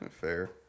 Fair